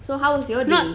so how was your day